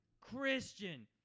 Christian